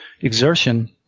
exertion